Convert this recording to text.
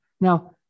now